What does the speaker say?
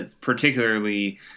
particularly